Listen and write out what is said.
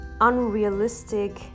unrealistic